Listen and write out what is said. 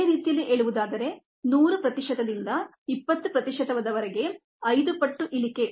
ಬೇರೆ ರೀತಿಯಲ್ಲಿ ಹೇಳುವುದಾದರೆ 100 ಪ್ರತಿಶತದಿಂದ 20 ಪ್ರತಿಶತದವರೆಗೆ 5 ಪಟ್ಟು ಇಳಿಕೆ